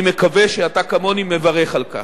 אני מקווה שאתה כמוני מברך על כך.